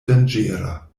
danĝera